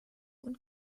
und